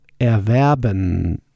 erwerben